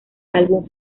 álbum